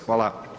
Hvala.